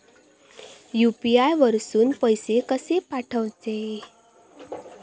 UPI वरसून पैसे कसे पाठवचे?